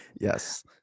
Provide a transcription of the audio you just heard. Yes